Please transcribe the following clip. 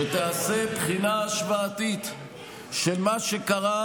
אני חוזר: שתיעשה בחינה השוואתית של מה שקרה